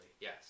Yes